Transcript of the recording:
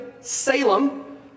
Salem